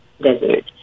desert